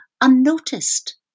unnoticed